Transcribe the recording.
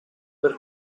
per